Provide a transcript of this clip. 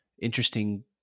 interesting